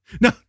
No